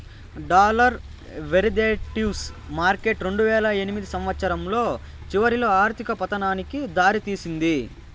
dollar derivatives market రెండువేల ఎనిమిదో సంవచ్చరం చివరిలో ఆర్థిక పతనానికి దారి తీసింది